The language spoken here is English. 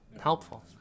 Helpful